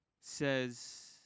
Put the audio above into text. says